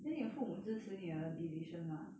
then 你的父母支持你的 decision mah